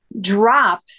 Drop